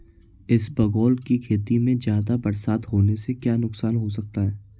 इसबगोल की खेती में ज़्यादा बरसात होने से क्या नुकसान हो सकता है?